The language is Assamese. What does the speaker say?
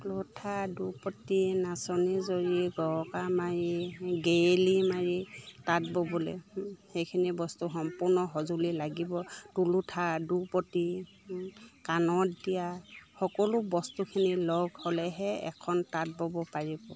তোলোঠা দুপতি নাচনী জৰি গৰকা মাৰি গেৰেলি মাৰি তাঁত ব'বলে সেইখিনি বস্তু সম্পূৰ্ণ সঁজুলি লাগিব তুলুঠা দুপতি কাণত দিয়া সকলো বস্তুখিনি লগ হ'লেহে এখন তাঁত ব'ব পাৰিব